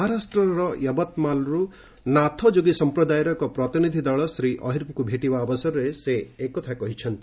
ମହାରାଷ୍ଟ୍ରର ୟବତ୍ମାଲ୍ରୁ ନାଥଯୋଗୀ ସମ୍ପ୍ରଦାୟର ଏକ ପ୍ରତିନିଧି ଦଳ ଶ୍ରୀ ଅହିରଙ୍କ ଭେଟିବା ଅବସରରେ ସେ ଏ କଥା କହିଛନ୍ତି